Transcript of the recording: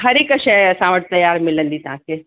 हर हिकु शइ असां वटि तयारु मिलंदी तव्हांखे